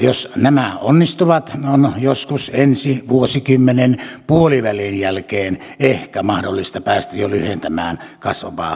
jos nämä onnistuvat on joskus ensi vuosikymmenen puolivälin jälkeen ehkä jo mahdollista päästä lyhentämään kasvavaa velkataakkaa